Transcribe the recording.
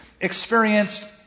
experienced